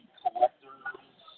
collector's